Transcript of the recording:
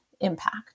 impact